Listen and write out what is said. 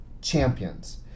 champions